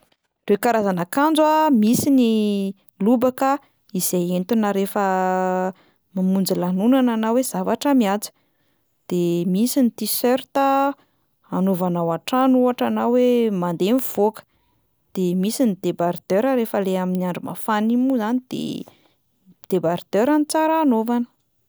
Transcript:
Ireo karazan'akanjo a: misy ny lobaka, izay entina rehefa mamonjy lanonana na hoe zavatra mihaja, de misy ny tiserta anaovana ao an-trano ohatra na hoe mandeha mivoaka, de misy ny débardeur rehefa le amin'ny andro mafana iny moa zany de débardeur no tsara anaovana.